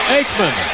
Aikman